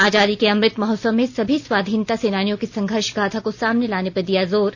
आजादी के अमृत महोत्सव में सभी स्वाधीनता सेनानियों की संघर्ष गाथा को सामने लाने पर दिया जोर